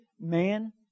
man